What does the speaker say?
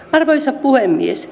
arvoisa puhemies